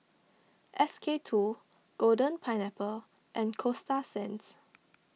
S K two Golden Pineapple and Coasta Sands